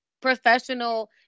professional